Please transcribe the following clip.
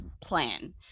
plan